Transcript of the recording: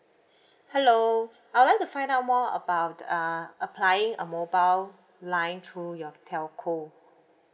hello I would like to find out more about uh applying a mobile line through your telco